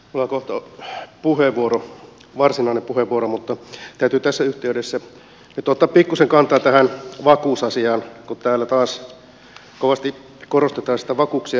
minulla on kohta varsinainen puheenvuoro mutta täytyy tässä yhteydessä nyt ottaa pikkuisen kantaa tähän vakuusasiaan kun täällä taas kovasti korostetaan niitä vakuuksia